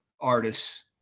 artists